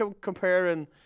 comparing